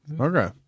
okay